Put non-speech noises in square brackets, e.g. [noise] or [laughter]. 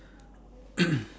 [coughs]